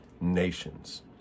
nations